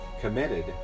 committed